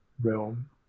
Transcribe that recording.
realm